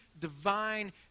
divine